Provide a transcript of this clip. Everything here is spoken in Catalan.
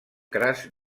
cras